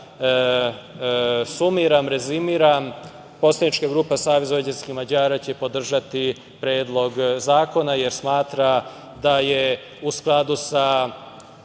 sumiram, rezimiram. Poslanička grupa Savez vojvođanskih Mađara će podržati Predlog zakona, jer smatra da je u skladu sa